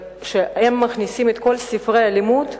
הם מכניסים את כל ספרי הלימוד לאינטרנט.